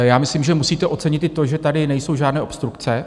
Já myslím, že musíte ocenit i to, že tady nejsou žádné obstrukce.